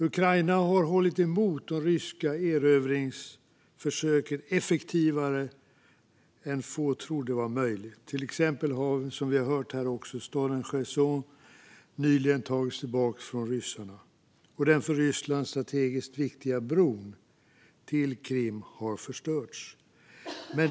Ukraina har hållit emot det ryska erövringsförsöket effektivare än vi trodde var möjligt. Till exempel har, som vi har hört här, staden Cherson nyligen tagits tillbaka från ryssarna, och den för Ryssland strategiskt viktiga bron till Krim har förstörts.